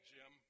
Jim